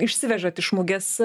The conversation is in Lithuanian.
išsivežat iš mugės